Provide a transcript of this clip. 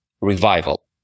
revival